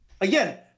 Again